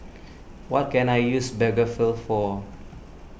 what can I use Blephagel for